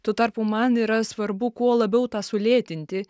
tuo tarpu man yra svarbu kuo labiau tą sulėtinti